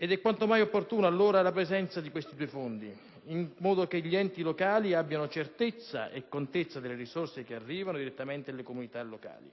Altrettanto opportuna allora è la presenza dei due fondi di perequazione in modo che gli enti locali abbiano certezza e contezza delle risorse che arrivano direttamente alle comunità locali.